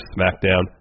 SmackDown